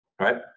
Right